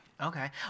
Okay